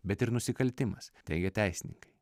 bet ir nusikaltimas teigia teisininkai